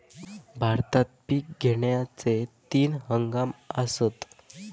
भारतात पिक घेण्याचे तीन हंगाम आसत